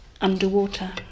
underwater